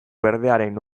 berdearen